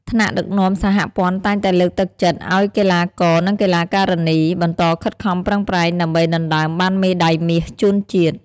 ថ្នាក់ដឹកនាំសហព័ន្ធតែងតែលើកទឹកចិត្តឱ្យកីឡាករ និង កីឡាការិនីបន្តខិតខំប្រឹងប្រែងដើម្បីដណ្តើមបានមេដាយមាសជូនជាតិ។